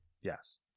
Yes